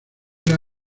una